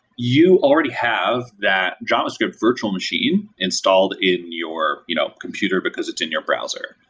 you already have that javascript virtual machine installed in your you know computer, because it's in your browser.